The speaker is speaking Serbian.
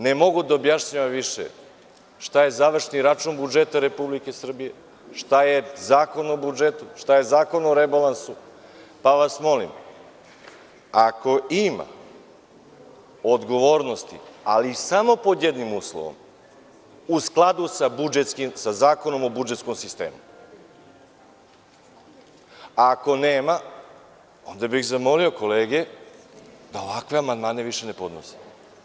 Ne mogu da objašnjavam više šta je završni račun budžeta Republike Srbije, šta je Zakon o budžetu, šta je Zakon o rebalansu, pa vas molim da ako ima odgovornosti, ali samo pod jednim uslovom, u skladu sa Zakonom o budžetskom sistemu, a ako nema, onda bih zamolio kolege da ovakve amandmane više ne podnose.